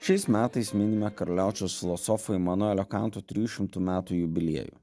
šiais metais minime karaliaučiaus filosofo imanuelio kanto trijų šimtų metų jubiliejų